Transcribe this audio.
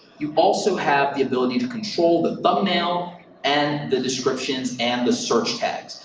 you also have the ability to control the thumbnail and the descriptions and the search tags,